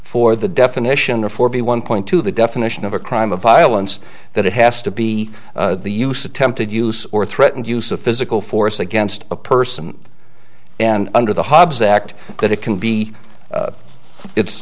for the definition or for b one point to the definition of a crime of violence that it has to be the use attempted use or threatened use of physical force against a person and under the hobbs act that it can be it's